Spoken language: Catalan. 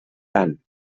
tant